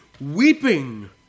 Weeping